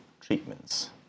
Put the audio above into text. treatments